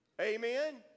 amen